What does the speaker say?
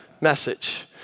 message